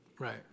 Right